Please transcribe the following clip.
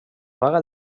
vaga